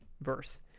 verse